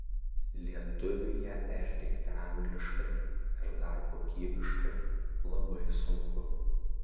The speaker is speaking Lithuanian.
lietuviui ją perteikti angliškai ir dar kokybiškai labai sunku